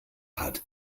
hat